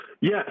Yes